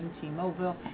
T-Mobile